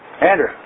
Andrew